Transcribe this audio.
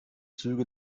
züge